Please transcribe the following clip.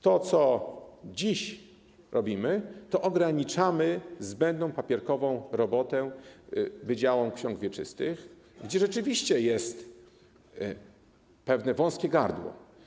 To, co dziś robimy, to ograniczamy zbędną papierkową robotę wydziałom ksiąg wieczystych, gdzie rzeczywiście jest pewne wąskie gardło.